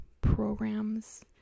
programs